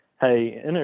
hey